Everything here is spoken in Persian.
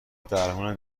درمون